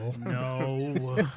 no